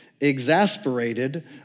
exasperated